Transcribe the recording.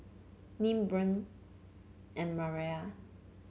Nim Bynum and Maria